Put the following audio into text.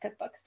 cookbooks